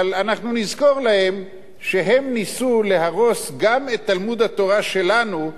אבל אנחנו נזכור להם שהם ניסו להרוס גם את תלמוד התורה שלנו,